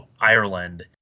Ireland